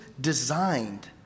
designed